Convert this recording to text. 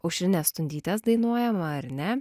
aušrinės stundytės dainuojama ar ne